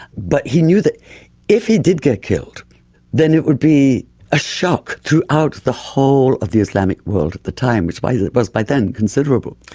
but he knew that if he did get killed then it would be a shock throughout the whole of the islamic world at the time, which was by then considerable,